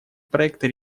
проекта